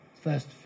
first